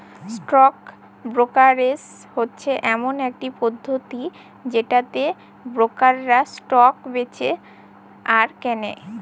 stock brokerage হচ্ছে এমন একটি পদ্ধতি যেটাতে ব্রোকাররা স্টক বেঁচে আর কেনে